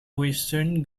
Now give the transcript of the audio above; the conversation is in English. western